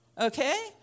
Okay